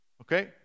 Okay